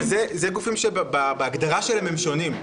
אלה גופים שבהגדרה שלהם הם שונים,